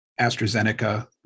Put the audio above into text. AstraZeneca